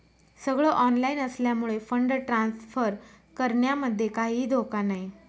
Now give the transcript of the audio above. सगळ ऑनलाइन असल्यामुळे fund transfer करण्यामध्ये काहीही धोका नाही